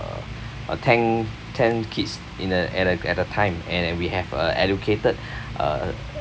uh ten ten kids in a at a at a time and then we have uh allocated uh